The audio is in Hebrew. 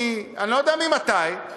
אני לא יודע ממתי,